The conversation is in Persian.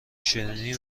شیرینی